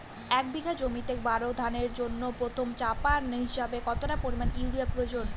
এক বিঘা জমিতে বোরো ধানের জন্য প্রথম চাপান হিসাবে কতটা পরিমাণ ইউরিয়া প্রয়োজন?